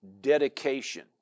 dedication